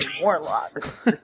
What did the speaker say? Warlock